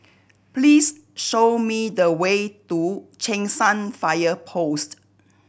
please show me the way to Cheng San Fire Post